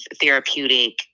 therapeutic